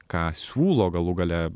ką siūlo galų gale